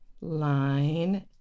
line